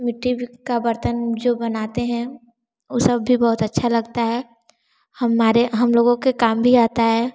मिट्टी भी का बर्तन जो बनाते हैं वे सब भी बहुत अच्छा लगता है हमारे हम लोगों के काम भी आता है